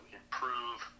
improve